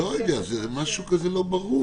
לא יודע, זה משהו כזה לא ברור.